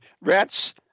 Rats